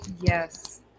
Yes